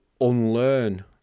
unlearn